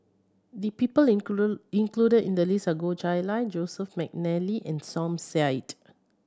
the people included in the list are Goh Chiew Lye Joseph McNally and Som Said